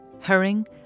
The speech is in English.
herring